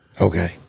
Okay